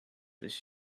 this